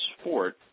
sport